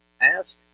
Ask